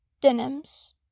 denims